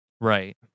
Right